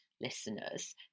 Listeners